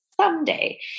Someday